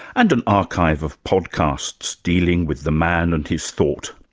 and an archive of podcasts dealing with the man and his thought.